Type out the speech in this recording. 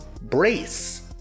Brace